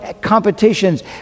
competitions